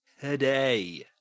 today